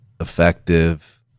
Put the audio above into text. effective